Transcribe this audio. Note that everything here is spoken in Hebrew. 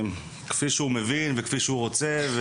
כפי שהוא מבין וכפי שהוא רוצה.